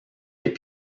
les